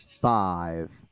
Five